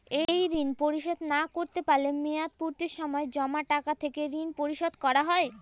এই ঋণ পরিশোধ করতে না পারলে মেয়াদপূর্তির সময় জমা টাকা থেকে ঋণ পরিশোধ করা হয়?